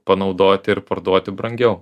panaudoti ir parduoti brangiau